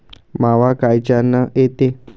मावा कायच्यानं येते?